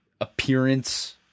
appearance